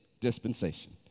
dispensation